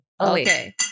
Okay